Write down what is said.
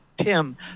Tim